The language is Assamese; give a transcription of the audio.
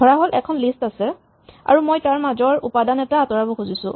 ধৰাহ'ল এখন লিষ্ট আছে আৰু মই তাৰ মাজৰ উপাদান এটা আঁতৰাব খুজিছো